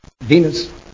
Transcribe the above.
Venus